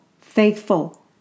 faithful